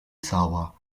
cała